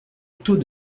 taux